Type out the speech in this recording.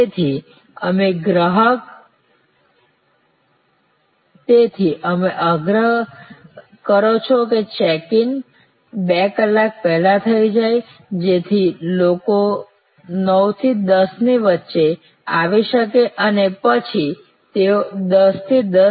તેથી તમે આગ્રહ કરો છો કે ચેક ઇન બે કલાક પહેલા થાય છે જેથી લોકો 9 થી 10 ની વચ્ચે આવી શકે અને પછી તેઓ 10 થી 10